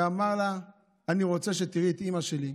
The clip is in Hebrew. ואמר לה: אני רוצה שתראי את אימא שלי,